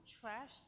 trash